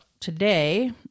today